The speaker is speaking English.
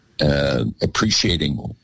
appreciating